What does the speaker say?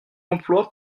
emploi